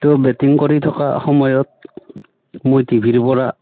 তেওঁ বেটিং কৰি থকা সময়ত মই টিভিৰ পৰা